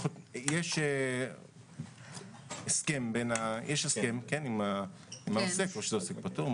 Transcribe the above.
יש הסכם עם העוסק עוסק פטור,